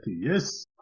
Yes